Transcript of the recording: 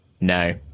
No